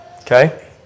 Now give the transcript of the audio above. Okay